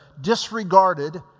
disregarded